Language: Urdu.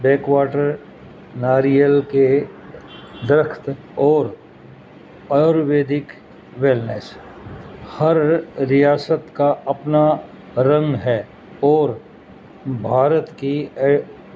بیک واٹر ناریل کے درخت اور آیورویدک ویلنیس ہر ریاست کا اپنا رنگ ہے اور بھارت کی